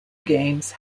games